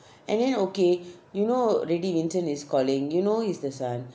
and then okay you know already vincent is calling you know he's the son